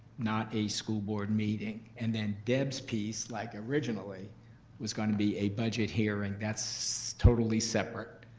not a school board meeting. and then deb's piece, like originally was gonna be a budget hearing, that's totally separate,